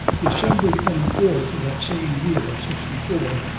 december twenty fourth of that same year, of sixty four,